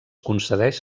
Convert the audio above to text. concedeix